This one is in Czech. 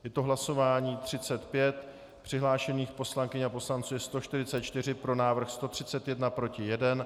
Je to hlasování 35, přihlášených poslankyň a poslanců je 144, pro návrh 131, proti 1.